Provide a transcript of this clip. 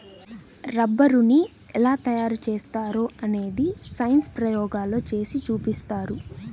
రబ్బరుని ఎలా తయారు చేస్తారో అనేది సైన్స్ ప్రయోగాల్లో చేసి చూపిస్తారు